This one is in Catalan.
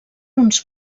uns